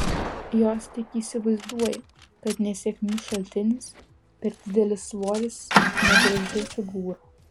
jos tik įsivaizduoja kad nesėkmių šaltinis per didelis svoris negraži figūra